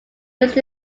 used